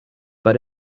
but